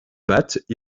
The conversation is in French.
batte